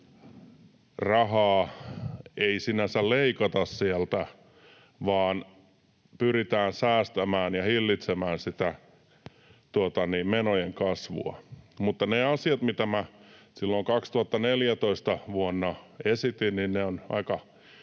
rahaa ei sinänsä leikata sieltä, vaan pyritään säästämään ja hillitsemään sitä menojen kasvua. Mutta ne asiat, mitä minä silloin vuonna 2014 esitin, ovat aika